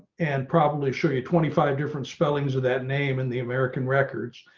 and probably show you twenty five different spellings of that name and the american records,